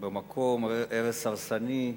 הרס הרסני.